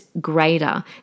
greater